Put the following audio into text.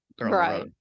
right